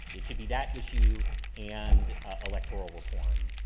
it should be that issue and a electoral reform. ah,